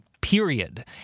period